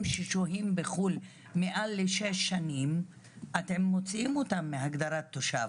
ששוהים בחו"ל מעל שש שנים אתם מוציאים אותם מהגדרת תושב.